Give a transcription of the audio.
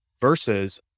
versus